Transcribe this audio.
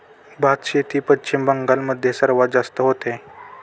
भातशेती पश्चिम बंगाल मध्ये सर्वात जास्त होते